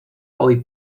hoy